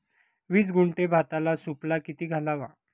वीस गुंठे भाताला सुफला किती घालावा?